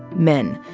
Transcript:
men.